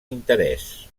interès